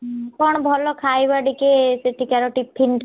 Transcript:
ହୁଁ କଣ ଭଲ ଖାଇବା ଟିକେ ସେଠିକାର ଟିଫିନ୍